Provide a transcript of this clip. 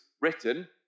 written